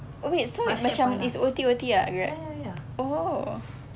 oh wait so it's macam O_T_O_T ah grab oh